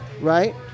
Right